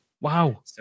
Wow